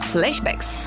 Flashbacks